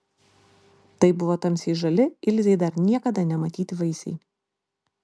tai buvo tamsiai žali ilzei dar niekada nematyti vaisiai